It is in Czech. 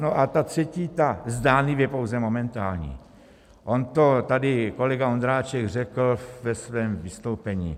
A ta třetí, ta zdánlivě pouze momentální, on to tady kolega Ondráček řekl ve svém vystoupení.